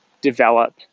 develop